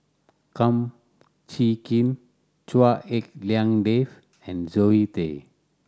Kum Chee Kin Chua Hak Lien Dave and Zoe Tay